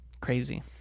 Crazy